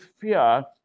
fear